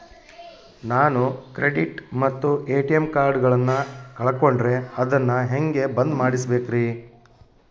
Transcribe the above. ನಾನು ಕ್ರೆಡಿಟ್ ಮತ್ತ ಎ.ಟಿ.ಎಂ ಕಾರ್ಡಗಳನ್ನು ಕಳಕೊಂಡರೆ ಅದನ್ನು ಹೆಂಗೆ ಬಂದ್ ಮಾಡಿಸಬೇಕ್ರಿ?